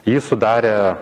jį sudarė